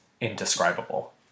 indescribable